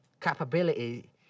capability